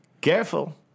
Careful